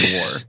war